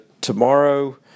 tomorrow